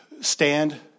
stand